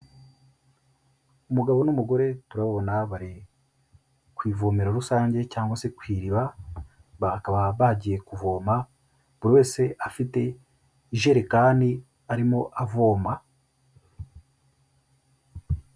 Umugabo n'umugore turababona bari ku ivomero rusange cyangwa se ku iriba, bakaba bagiye kuvoma, buri wese afite ijerekani arimo avoma.